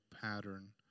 pattern